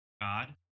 god